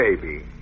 Baby